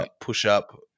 push-up